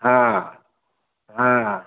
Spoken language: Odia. ହଁ ହଁ